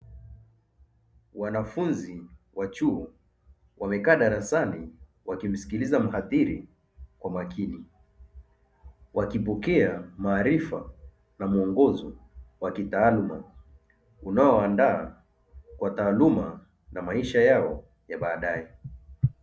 Wanafunzi wa chuo wamekaa darasani wakimsikiliza muadhiri kwa makini, wakipokea maarifa na muongozo wa kitaaluma unaowaandaa kwa taaluma na maisha yao ya baadae.